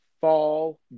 fall